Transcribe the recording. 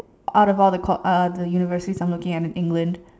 out of the col~ uh the universities I'm looking at in England